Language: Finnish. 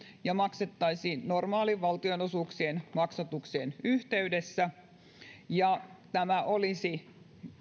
ja maksettaisiin valtionosuuksien normaalien maksatuksien yhteydessä tämä olisi